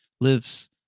lives